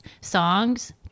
songs